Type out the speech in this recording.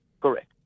Correct